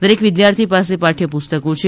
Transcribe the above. દરેક વિદ્યાર્થી પાસે પાઠ્યપુસ્તકો છે